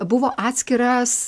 buvo atskiras